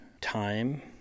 time